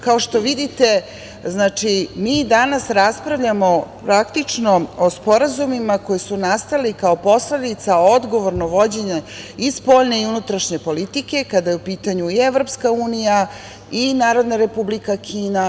Kao što vidite, mi danas raspravljamo, praktično, o sporazumima koji su nastali kao posledica odgovornog vođenja i spoljne i unutrašnje politike kada je u pitanju i EU, i Narodna Republika Kina.